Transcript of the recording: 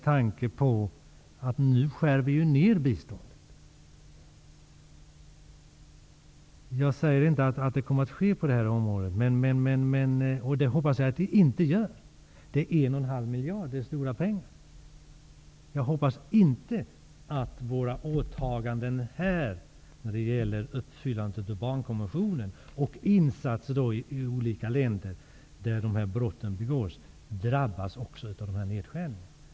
Vi skär ju ner biståndet nu. Jag säger inte att det kommer att ske på detta område, och jag hoppas att det inte gör det. Det är 1,5 miljarder det rör sig om, och det är stora pengar. Jag hoppas att våra åtaganden när det gäller uppfyllandet av barnkonventionen och insatserna i olika länder där dessa brott begås inte kommer att drabbas av dessa nedskärningar.